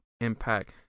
impact